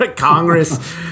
Congress